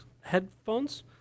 headphones